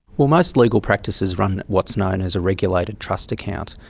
well, most legal practices run what's known as a regulated trust account,